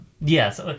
Yes